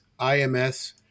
IMS